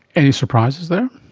any surprises there?